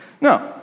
No